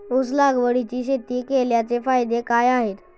ऊस लागवडीची शेती केल्याचे फायदे काय आहेत?